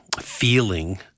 feeling